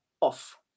off